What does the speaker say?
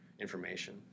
information